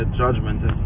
judgment